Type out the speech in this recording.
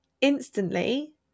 instantly